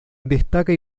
destaca